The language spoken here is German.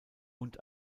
und